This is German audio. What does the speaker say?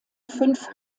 fünf